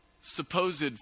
supposed